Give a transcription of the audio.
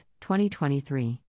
2023